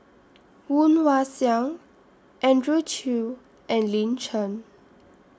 Woon Wah Siang Andrew Chew and Lin Chen